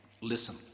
Listen